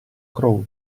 crawl